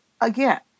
again